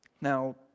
Now